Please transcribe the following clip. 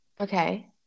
Okay